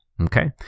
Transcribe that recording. okay